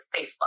Facebook